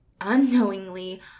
unknowingly